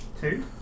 Two